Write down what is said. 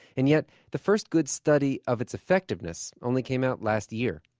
and yet the first good study of its effectiveness only came out last year.